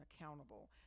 accountable